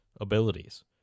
abilities